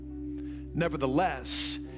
nevertheless